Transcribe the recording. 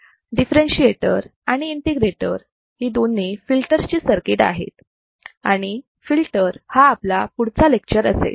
differentiator आणि integrator ही दोन्ही फिल्टर्स ची सर्किट आहेत आणि फिल्टर हा आपला पुढचा लेक्चर असेल